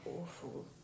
awful